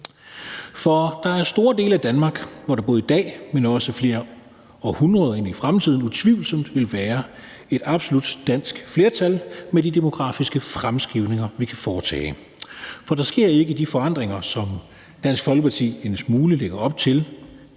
Der er store dele af Danmark, hvor der både i dag, men også flere århundreder ind i fremtiden utvivlsomt vil være et absolut dansk flertal med de demografiske fremskrivninger, vi kan foretage. For der sker ikke de forandringer, som Dansk Folkeparti en smule lægger op til,